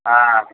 ஆ